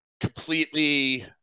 completely